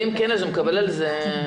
אם כן, הוא מקבל על זה?